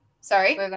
sorry